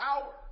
power